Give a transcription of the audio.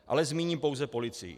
Ale zmíním pouze policii.